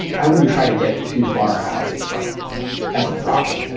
i wouldn't try to get too far out in front of it as a problem.